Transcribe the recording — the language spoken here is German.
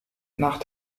nach